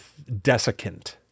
desiccant